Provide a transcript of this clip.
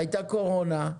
הייתה קורונה,